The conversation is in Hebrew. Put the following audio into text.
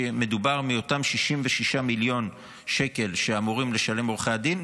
מאותם 66 מיליון שקלים שאמורים לשלם עורכי הדין,